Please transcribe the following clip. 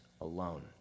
alone